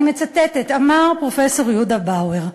אני מצטטת, אמר פרופסור יהודה באואר,